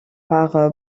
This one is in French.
par